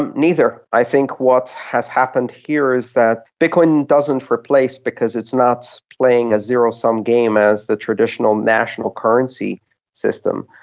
neither. i think what has happened here is that bitcoin doesn't replace because it's not playing a zero-sum game as the traditional national currency system.